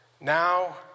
Now